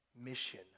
mission